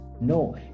No